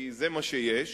כי זה מה שיש.